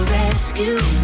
rescue